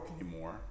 anymore